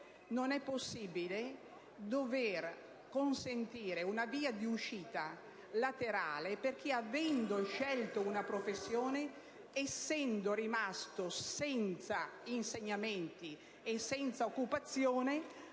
Non è possibile dover consentire una via di uscita laterale per chi, avendo scelto una professione, essendo rimasto senza insegnamenti ed occupazione,